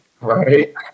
right